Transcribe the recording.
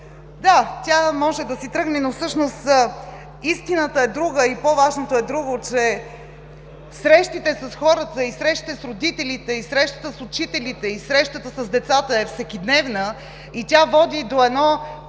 Да, тя може да си тръгне, но всъщност истината е друга и по-важното е друго – че срещата с хората, срещата с родители, срещата с учителите, срещата с децата е всекидневна и води до едно